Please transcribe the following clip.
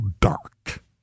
dark